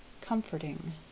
comforting